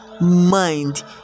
mind